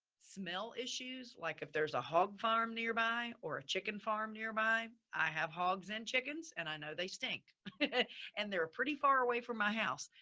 smell issues. like if there's a hog farm nearby or a chicken farm nearby, i have hogs and chickens and i know they stink and they're pretty far away from my house.